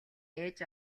ээж